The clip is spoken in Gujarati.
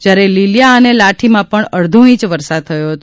જયારે લીલીયા અને લાઠીમા પણ અડધો ઇંચ વરસાદ થયો હતો